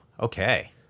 Okay